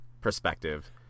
perspective